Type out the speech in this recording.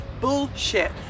Bullshit